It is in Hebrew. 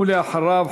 ואחריו,